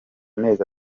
mezi